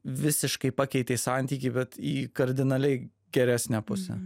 visiškai pakeitė santykį bet į kardinaliai geresnę pusę